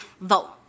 vote